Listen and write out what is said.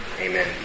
Amen